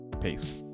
Peace